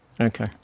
Okay